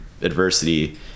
adversity